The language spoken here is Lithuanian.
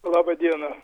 labą dieną